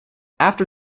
after